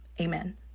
Amen